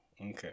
Okay